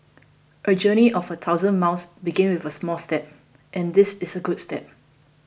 A journey of a thousand miles begins with a first step and this is a good step